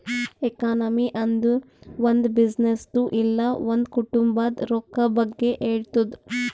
economy ಅಂದುರ್ ಒಂದ್ ಬಿಸಿನ್ನೆಸ್ದು ಇಲ್ಲ ಒಂದ್ ಕುಟುಂಬಾದ್ ರೊಕ್ಕಾ ಬಗ್ಗೆ ಹೇಳ್ತುದ್